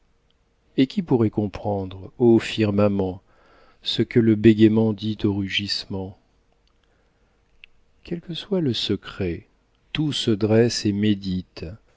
et qui pourrait comprendre ô firmament ce que le bégaiement dit au rugissement quel que soit le secret tout se dresse et médite